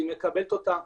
היא מקבלת אותה,